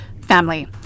family